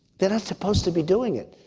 they're not supposed to be doing it.